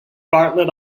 bartlett